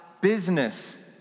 business